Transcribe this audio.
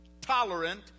tolerant